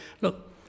look